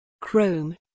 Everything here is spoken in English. Chrome